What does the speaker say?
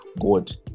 God